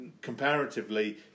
comparatively